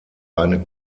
eine